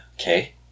Okay